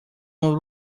uma